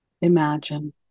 imagine